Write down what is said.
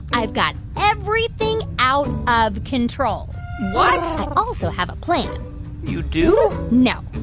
i've got everything out of control what? i also have a plan you do? no,